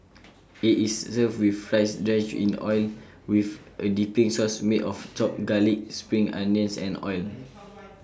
IT is served with rice drenched in oil with A dipping sauce made of chopped garlic spring onions and oil